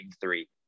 three